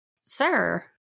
Sir